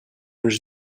uns